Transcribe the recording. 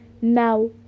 Now